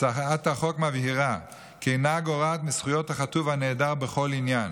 הצעת החוק מבהירה כי היא אינה גורעת מזכויות החטוף והנעדר בכל עניין.